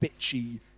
bitchy